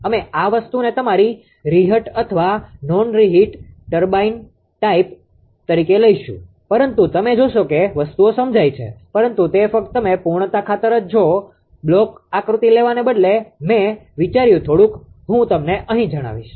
અમે આ વસ્તુને તમારી રીહટ અથવા નોન રીહિટ ટાઇપ ટર્બાઇન તરીકે લઈશું પરંતુ તમે જોશો કે વસ્તુઓ સમજાય છે પરંતુ તે ફક્ત તમે પૂર્ણતા ખાતર જ છો બ્લોક આકૃતિ લેવાને બદલે મેં વિચાર્યું થોડુંક હું તમને અહીં જણાવીશ